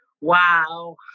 wow